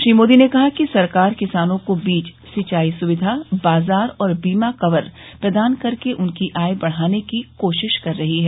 श्री मोदी ने कहा कि सरकार किसानों को बीज सिंचाई सुविधा बाजार और बीमा कवर प्रदान करके उनकी आय बढ़ाने की कोशिश कर रही है